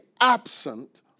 absent